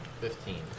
Fifteen